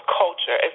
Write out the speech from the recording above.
culture